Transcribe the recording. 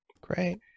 Great